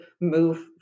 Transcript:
move